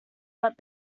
but